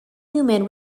humid